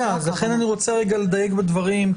לכן, אני רוצה אני רוצה לדייק בדברים.